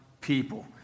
people